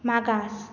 मागास